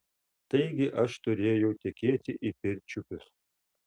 taigi aš turėjau tekėti į pirčiupius